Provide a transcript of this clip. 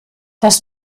das